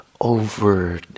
over